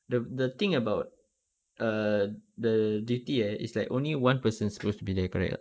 the the thing about err the duty err is like only one person supposed to be there correct or not